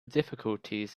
difficulties